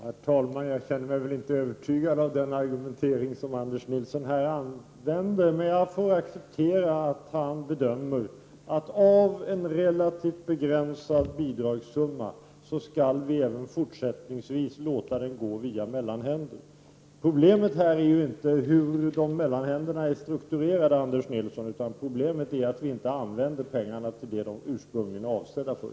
Herr talman! Jag känner mig inte övertygad av Anders Nilssons argumentering här, men jag får acceptera att han bedömer att vi även fortsättningsvis skall låta medel av en relativt begränsad bidragssumma gå via mellanhänder. Problemet är inte hur mellanhänderna är strukturerade, Anders Nilsson. Problemet är att vi inte använder pengarna till det de ursprungligen var avsedda för.